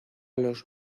los